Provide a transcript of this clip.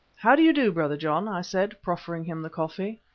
how do you do, brother john? i said, proffering him the coffee.